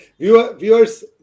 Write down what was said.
Viewers